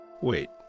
Wait